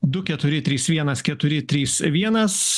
du keturi trys vienas keturi trys vienas